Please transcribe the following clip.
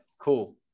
Cool